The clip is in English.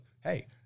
hey